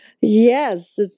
yes